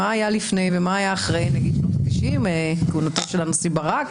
מה היה לפני ומה היה אחרי נגיד שנות ה-90 של הנשיא ברק